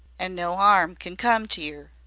an' no arm can come to yer.